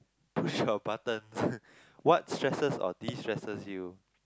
push your buttons what stresses or destresses you